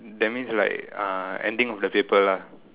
that means like uh ending of the paper lah